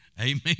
amen